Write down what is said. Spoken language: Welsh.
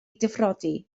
difrodi